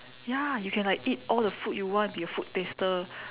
ya you can like eat all the food you want be a food taster